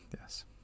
yes